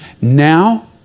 Now